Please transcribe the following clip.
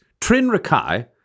Trin-Rakai